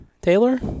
Taylor